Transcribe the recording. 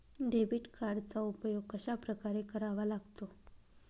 Debit कार्डचा उपयोग कशाप्रकारे करावा लागतो?